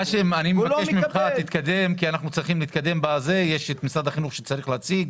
אני מבקש שנתקדם כי עדיין יש לנו את נציג משרד החינוך שצריך להציג.